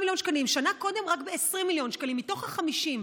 שנה קודם, רק ב-20 מיליון שקלים מתוך ה-50.